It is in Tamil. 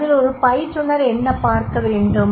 அதில் ஒரு பயிற்றுனர் என்ன பார்க்க வேண்டும்